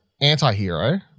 anti-hero